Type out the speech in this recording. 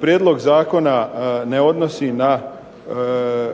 prijedlog zakona ne odnosi na